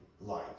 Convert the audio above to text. light